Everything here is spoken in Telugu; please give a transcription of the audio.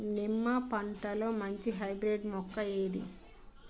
నిమ్మ పంటలో మంచి హైబ్రిడ్ మొక్క ఏది?